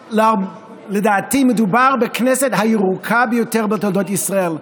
לדעתי מדובר בכנסת הירוקה ביותר בתולדות ישראל.